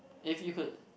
if you could